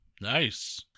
nice